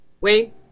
Wait